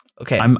Okay